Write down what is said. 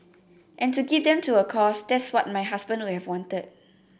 and to give them to a cause that's what my husband would have wanted